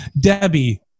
Debbie